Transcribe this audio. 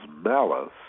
malice